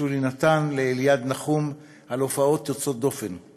שולי נתן ואליעד נחום על הופעות יוצאות דופן,